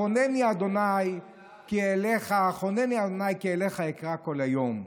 חונני ה' כי אליך אקרא כל היום.